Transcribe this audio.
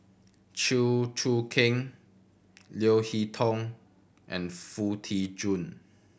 Chew Choo Keng Leo Hee Tong and Foo Tee Jun